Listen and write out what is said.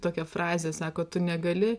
tokią frazę sako tu negali